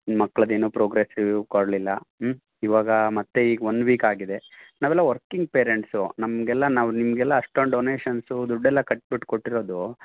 ಮಕ್ಳದಿನ್ನೂ review ಕೊಡ್ಲಿಲ್ಲ ಇವಾಗ ಮತ್ತೆ ಈಗ ಒನ್ ವೀಕ್ ಆಗಿದೆ ನಾವೆಲ್ಲ ವರ್ಕಿಂಗ್ ಪೇರೆಂಟ್ಸು ನಮಗೆಲ್ಲ ನಾವು ನಿಮಗೆಲ್ಲ ಅಷ್ಟೊಂದು ಡೊನೇಶನ್ಸು ದುಡ್ಡೆಲ್ಲ ಕಟ್ಬಿಟ್ಟು ಕೊಟ್ಟಿರೋದು